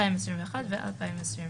2021 ו-2022),